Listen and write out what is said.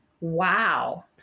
Wow